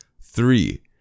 Three